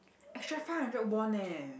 extra five hundred won leh